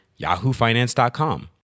yahoofinance.com